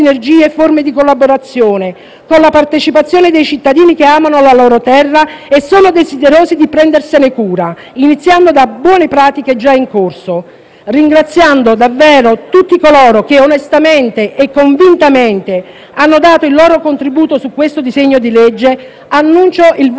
con la partecipazione dei cittadini che amano la loro terra e sono desiderosi di prendersene cura, iniziando da buone pratiche già in corso. Ringrazio davvero tutti coloro che onestamente e convintamente hanno dato il loro contributo su questo disegno di legge, dichiaro il voto favorevole del MoVimento 5 Stelle.